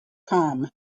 com